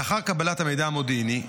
לאחר קבלת המידע המודיעיני,